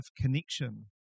connection